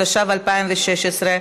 התשע"ו 2016,